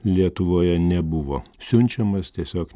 lietuvoje nebuvo siunčiamas tiesiog